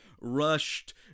rushed